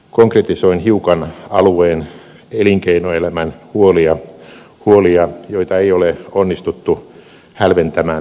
konkretisoin hiukan alueen elinkeinoelämän huolia huolia joita ei ole onnistuttu hälventämään tai poistamaan